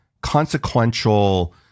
consequential